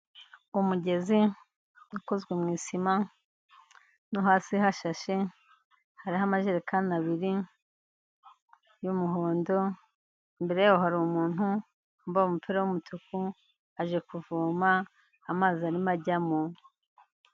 Umugezi ikozwe mu isima, no hasi hashyashe, hariho amajerekani abiri y'umuhondo, imbere y'aho hari umuntu wambaye umupira w'umutuku, aje kuvoma amazi arimo ajyamo.